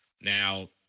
Now